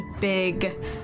big